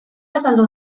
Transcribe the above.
azaldu